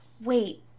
wait